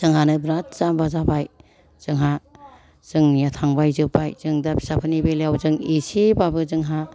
जोंहानो बिराद जाम्बा जाबाय जोंहा जोंनिया थांबाय जोबबाय जों दा फिसाफोरनि बेलायाव जों एसेबाबो जोंहा